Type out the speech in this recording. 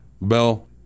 Bell